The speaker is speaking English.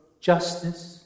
justice